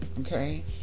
Okay